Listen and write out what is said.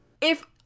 If-